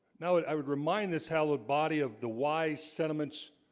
now i would remind this hallowed body of the why sentiments